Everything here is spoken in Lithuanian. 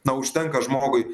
na užtenka žmogui